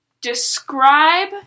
describe